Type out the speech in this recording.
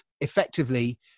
effectively